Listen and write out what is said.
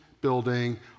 building